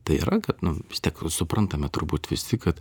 tai yra kad nu vis tiek suprantame turbūt visi kad